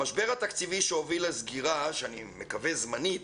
המשבר התקדימי שהוביל לסגירה, שאני מקווה זמנית,